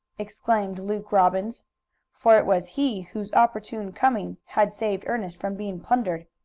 exclaimed luke robbins for it was he whose opportune coming had saved ernest from being plundered.